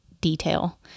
detail